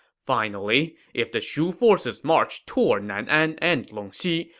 finally, if the shu forces march toward nan'an and longxi,